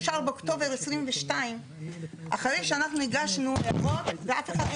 אושר באוקטובר 2022 אחרי שאנחנו הגשנו ואף אחד לא